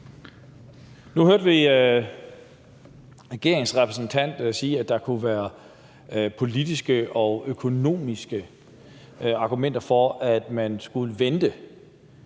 Nu hørte vi regeringens repræsentant sige, at der kunne være politiske og økonomiske argumenter for, at man skulle vente.